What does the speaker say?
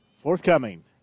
Forthcoming